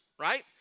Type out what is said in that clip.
right